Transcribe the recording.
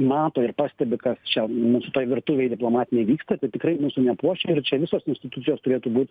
mato ir pastebi kas čia mūsų toj virtuvėj diplomatinėj vyksta tai tikrai nepuošia ir čia visos institucijos turėtų būt